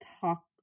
talk